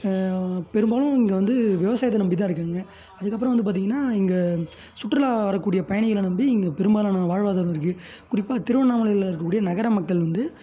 பெரும்பாலும் இங்கே வந்து விவசாயத்தை நம்பி தான் இருக்காங்க அதுக்கப்புறம் வந்து பார்த்தீங்கன்னா இங்க சுற்றுலா வரக்கூடிய பயணிகளை நம்பி இங்கே பெரும்பாலான வாழ்வாதாரம் இருக்குது குறிப்பாக திருவண்ணாமலையில் இருக்கக்கூடிய நகர மக்கள் வந்து